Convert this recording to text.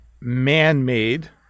Man-made